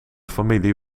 familie